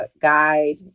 guide